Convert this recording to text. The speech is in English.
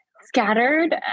Scattered